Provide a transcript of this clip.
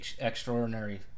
extraordinary